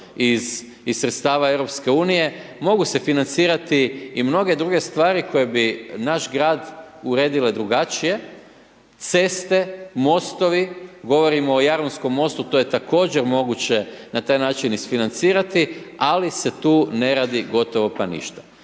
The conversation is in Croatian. iz sredstava Europske unije. Mogu se financirati i mnoge druge stvari koje bi naš grad uredile drugačije, ceste, mostovi, govorimo o Jarunskom mostu, to je također moguće na taj način isfinancirati, ali se tu ne radi gotovo pa ništa.